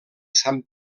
sant